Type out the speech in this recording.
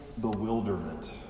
bewilderment